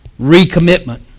recommitment